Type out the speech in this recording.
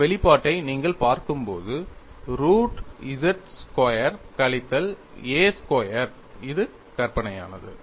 இந்த வெளிப்பாட்டை நீங்கள் பார்க்கும்போது ரூட் z ஸ்கொயர் கழித்தல் a ஸ்கொயர் இது கற்பனையானது